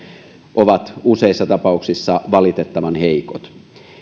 ovat useissa tapauksissa valitettavan heikot